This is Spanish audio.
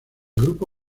grupo